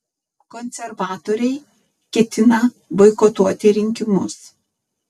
konservatoriai ketina boikotuoti rinkimus